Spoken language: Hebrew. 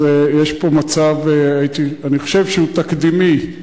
יש פה מצב, אני חושב שהוא תקדימי,